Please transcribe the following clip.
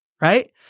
right